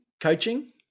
coaching